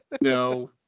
No